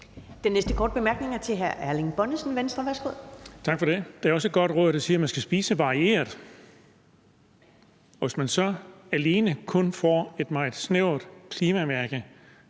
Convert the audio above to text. Den næste korte bemærkning er til hr. Erling Bonnesen, Venstre. Værsgo. Kl. 13:06 Erling Bonnesen (V): Tak for det. Der er også et godt råd, der siger, at man skal spise varieret, og hvis man så kun får et meget snævert klimamærke